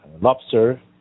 lobster